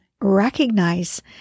recognize